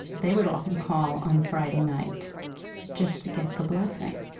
they would often call on friday night just to get the blessing,